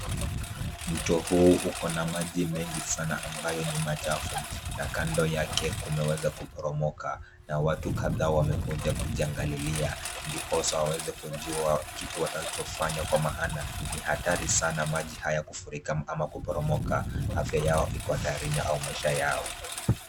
Mto huu ukona maji mengi sana ambayo ni machafu na kando yake kumeweza kuporomoka na watu kadhaa wamekuja kujiangalilia ndiposa waweze kujua kitu watakachofanya kwa maana ni hatari sana maji haya kufurika ama kuporomoka. Afya yao iko hatarini au maisha yao.